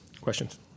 Questions